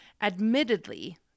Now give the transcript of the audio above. Admittedly